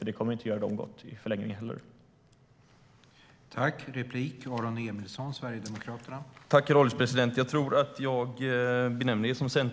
Det kommer inte att göra dem gott i förlängningen heller.